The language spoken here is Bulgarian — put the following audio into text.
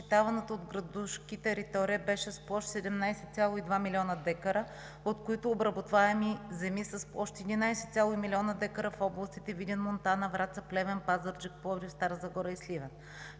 защитаваната от градушките територия беше с площ 17,2 милиона декара, от които: обработваеми земи с площ 11 милиона декара в областите Видин, Монтана, Враца, Плевен, Пазарджик, Пловдив, Стара Загора и Сливен.